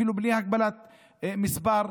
אפילו בלי הגבלת מספר,